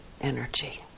energy